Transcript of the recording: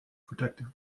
protective